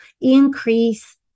increase